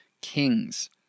Kings